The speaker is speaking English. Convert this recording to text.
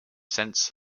sense